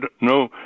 no